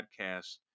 podcast